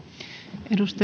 arvoisa